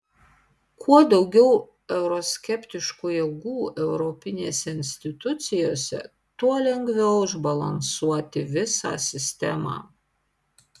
kuo daugiau euroskeptiškų jėgų europinėse institucijose tuo lengviau išbalansuoti visą sistemą